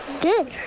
good